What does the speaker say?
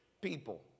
people